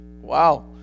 wow